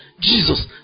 Jesus